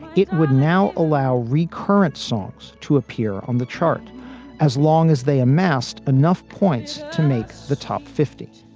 it would now allow recurrent songs to appear on the chart as long as they amassed enough points to make the top fifty.